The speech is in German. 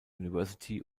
university